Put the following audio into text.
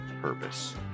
purpose